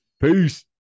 peace